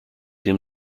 him